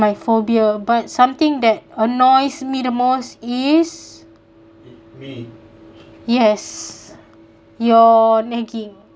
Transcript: my phobia but something that annoys me the most is yes your nagging